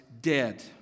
dead